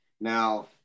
Now